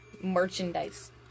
merchandise